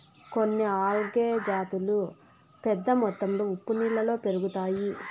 కొన్ని ఆల్గే జాతులు పెద్ద మొత్తంలో ఉప్పు నీళ్ళలో పెరుగుతాయి